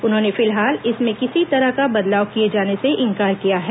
उन्होंने फिलहाल इसमें किसी तरह का बदलाव किए जाने से इंकार किया है